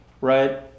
right